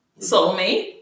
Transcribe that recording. Soulmate